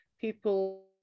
People